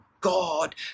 God